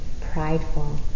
prideful